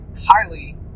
highly